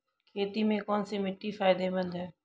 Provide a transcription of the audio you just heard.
खेती में कौनसी मिट्टी फायदेमंद है?